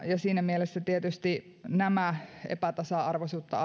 siinä mielessä tietysti näitä epätasa arvoisuutta